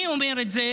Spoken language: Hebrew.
אני אומר את זה